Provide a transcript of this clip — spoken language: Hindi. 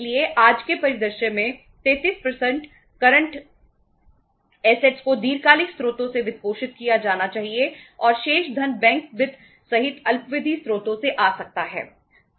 इसलिए आज के परिदृश्य में 33 करंट ऐसेट को दीर्घकालिक स्रोतों से वित्तपोषित किया जाना चाहिए और शेष धन बैंक वित्त सहित अल्पावधि स्रोतों से आ सकता है